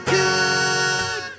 good